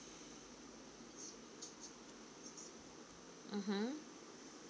mmhmm